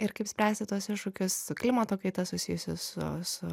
ir kaip spręsti tuos iššūkius su klimato kaita susijusius su su